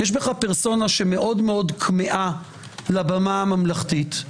אחת שמאוד כמהה לבמה הממלכתית,